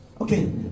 Okay